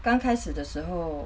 刚开始的时候